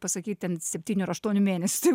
pasakyt ten septynių ar aštuonių mėnesių